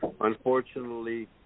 unfortunately